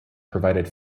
provided